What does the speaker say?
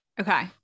Okay